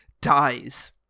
dies